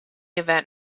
event